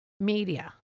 media